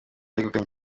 yegukanye